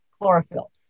chlorophyll